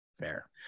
Fair